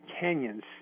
canyons